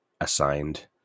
assigned